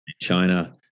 China